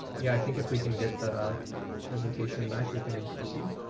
yeah, i think if we can get the presentation back, we can proceed.